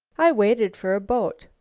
i waited for a boat.